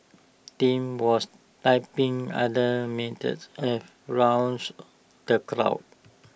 Tim was trying other methods A rouse the crowd